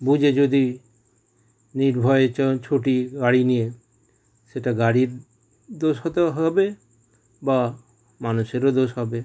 বুঝে যদি নির্ভয়ে যখন ছুটি গাড়ি নিয়ে সেটা গাড়ির দোষ হয়তো হবে বা মানুষেরও দোষ হবে